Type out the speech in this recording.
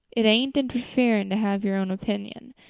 it ain't interfering to have your own opinion.